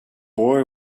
boy